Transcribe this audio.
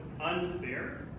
Unfair